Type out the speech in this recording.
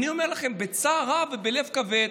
אני אומר לכם בצער רב ובלב כבד,